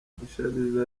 mushabizi